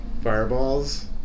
fireballs